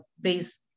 based